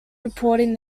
reporting